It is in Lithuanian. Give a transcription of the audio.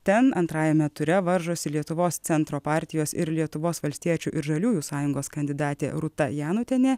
ten antrajame ture varžosi lietuvos centro partijos ir lietuvos valstiečių ir žaliųjų sąjungos kandidatė rūta janutienė